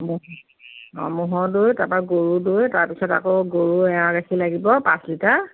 ম'হৰ দৈ তাৰপৰা গৰুৰ দৈ তাৰ পিছত আকৌ গৰুৰ এৱাঁ গাখীৰ লাগিব পাঁচ লিটাৰ